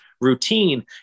routine